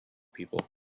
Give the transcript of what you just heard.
people